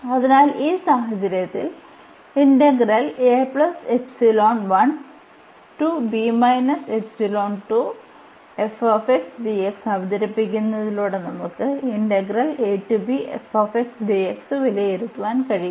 അതിനാൽ ഈ സാഹചര്യത്തിൽ അവതരിപ്പിക്കുന്നതിലൂടെ നമുക്ക് വിലയിരുത്താൻ കഴിയും